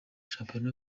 shampiyona